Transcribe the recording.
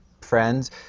friends